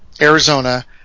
Arizona